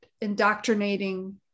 indoctrinating